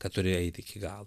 kad turi eit iki galo